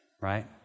right